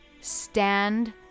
Stand